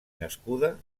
nascuda